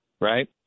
right